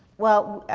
well,